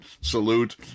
salute